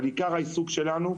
אבל אני רוצה להתעסק בנושא שלנו,